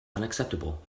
unacceptable